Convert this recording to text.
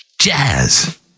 Jazz